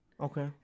okay